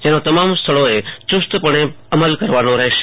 જેનો તમામ સ્થળોએ યુસ્તપણે અમલ કરવાનો રહેશે